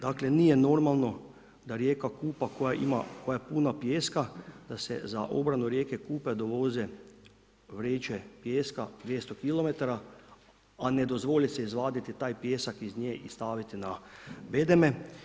Dakle, nije normalno da rijeka Kupa koja ima, koja je puna pijeska da se za obranu rijeke Kupe dovoze vreće pijeska 200 km, a ne dozvoli se izvaditi taj pijesak iz nje i staviti na bedeme.